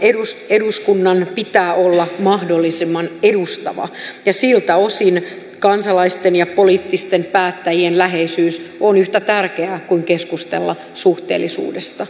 kyllä eduskunnan pitää olla mahdollisimman edustava ja siltä osin kansalaisten ja poliittisten päättäjien läheisyys on yhtä tärkeää kuin keskustelu suhteellisuudesta